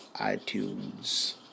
iTunes